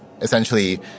essentially